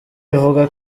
ivuga